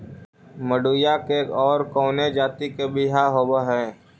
मडूया के और कौनो जाति के बियाह होव हैं?